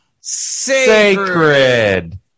sacred